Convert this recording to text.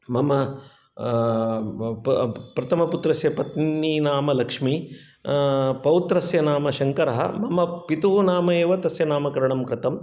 ममप् प प्रथमपुत्रस्य पत्नी नाम लक्ष्मी पौत्रस्य नाम शङ्करः मम पितुः नाम एव तस्य नामकरणं कृतम्